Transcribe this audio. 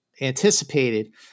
anticipated